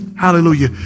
Hallelujah